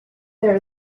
there